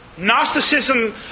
Gnosticism